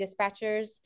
dispatchers